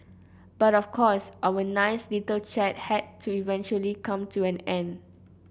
but of course our nice little chat had to eventually come to an end